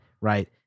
right